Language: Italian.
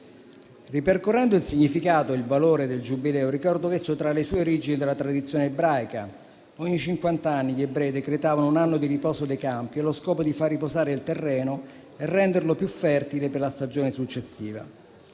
Ripercorrendo il significato e il valore del Giubileo, ricordo che esso trae le sue origini dalla tradizione ebraica: ogni cinquant'anni gli ebrei decretavano un anno di riposo dei campi allo scopo di far riposare il terreno e renderlo più fertile per la stagione successiva.